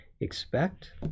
expect